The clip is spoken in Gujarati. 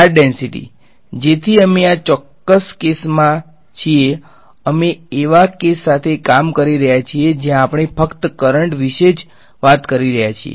ચાર્જ ડેન્સિટી જેથી અમે આ ચોક્કસ કેસમાં છીએ અમે એવા કેસ સાથે કામ કરી રહ્યા છીએ જ્યાં આપણે ફક્ત કરંટ વિશે જ વાત કરી રહ્યા છીએ